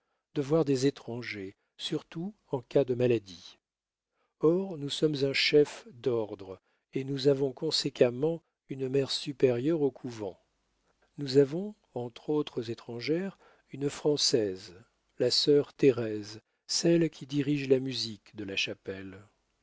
de voir des étrangers surtout en cas de maladie or nous sommes un chef d'ordre et nous avons conséquemment une mère supérieure au couvent nous avons entre autres étrangères une française la sœur thérèse celle qui dirige la musique de la chapelle